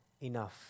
enough